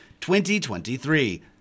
2023